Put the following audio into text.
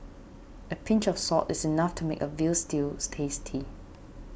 a pinch of salt is enough to make a Veal Stew tasty